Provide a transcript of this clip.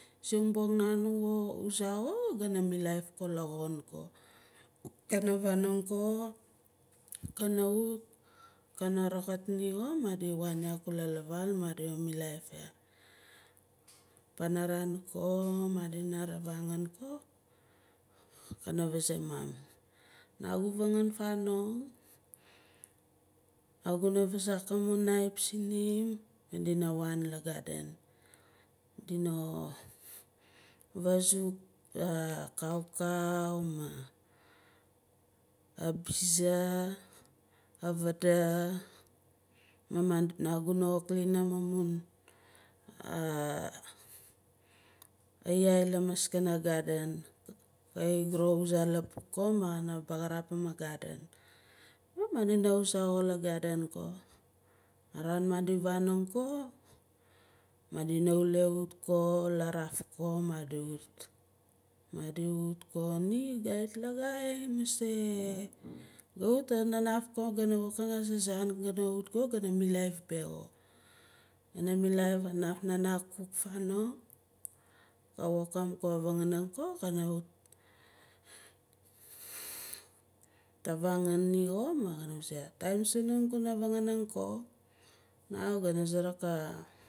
Simbong nan wuzan ko gana milaif la xon ko kana vanong ko kana wut kana raxat ni xo madi waan ya kula lavaal madi milaif ya panaran ko madina ravangun ko kana vazae mum nagu vangan fanong naguna vaazak amun knife sinim madina waan la garden dina fazu a kaukau ma abize avada ma naguna klinim amun a yaai lamaskana garden kai grow lapuk ko ma kana bagarapim a garden ma madina wuzah la garden ko araan madi vanong ko madina wule wut ko laraf ko madi wut madi wut ko ni gat lagai mase ga wut kawit na naf gana wokang aza zaan gana wut ko gana milaif beh xo gana milaif kanaf nana ka kuk ganong ka wokim a vanganing ko kana wut tavangun ni xo ma kana vazae taim sunum kuna vanganing ko na gana suruk a